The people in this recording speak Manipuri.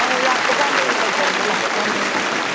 ꯑꯥ ꯂꯥꯛꯄꯀꯥꯟꯗ ꯑꯣꯏ ꯇꯧꯖꯔꯒꯦ ꯂꯥꯛꯄꯀꯥꯟꯗ ꯑꯣꯏ ꯇꯧꯖꯔꯒꯦ